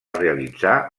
realitzar